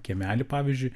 kiemelį pavyzdžiui